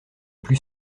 plus